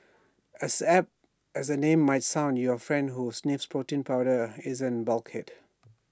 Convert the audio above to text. as apt as the name might sound your friend who sniffs protein powder isn't bulkhead